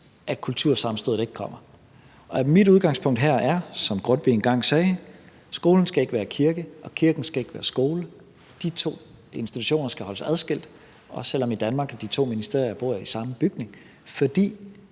at kultursammenstødet ikke forekommer. Mit udgangspunkt her er, som Grundtvig engang sagde, at skolen ikke skal være kirke og kirken ikke skal være skole. De to institutioner skal holdes adskilt, også selv om de to ministerier i Danmark bor i samme bygning, for